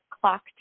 clock